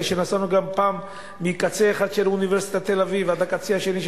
נסענו גם פעם מקצה אחד של אוניברסיטת תל-אביב עד הקצה השני,